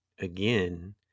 again